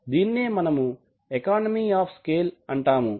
దీనినే మనము economy of scale అంటాము